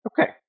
Okay